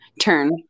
turn